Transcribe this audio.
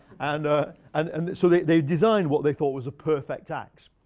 and and and so they they designed what they thought was a perfect ax.